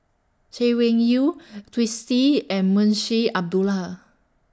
Chay Weng Yew Twisstii and Munshi Abdullah